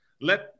Let